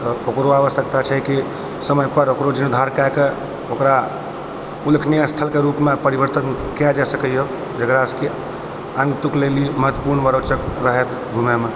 तऽ ओकरो आवश्यकता छै कि समय पर ओकरो जीर्णोद्धार कए कऽ ओकरा उल्लेखनीय स्थलके रूप मे परिवर्तन कएल जाए सकै यऽ जेकरा सऽ कि महत्वपूर्ण व रोचक रहत घुमै मे